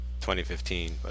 2015